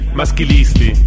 maschilisti